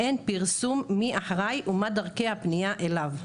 אין פרסום מי אחראי ומה דרכי הפנייה אליו.